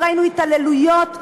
וראינו התעללויות,